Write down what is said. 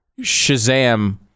shazam